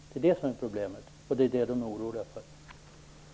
Det är det som är problemet, och det är det som de handikappade är oroliga för.